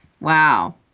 Wow